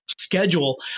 schedule